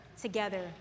together